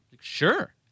sure